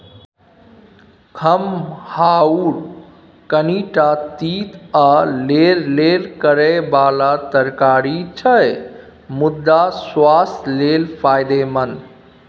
खमहाउर कनीटा तीत आ लेरलेर करय बला तरकारी छै मुदा सुआस्थ लेल फायदेमंद